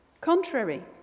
Contrary